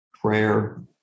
prayer